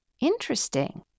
Interesting